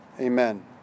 amen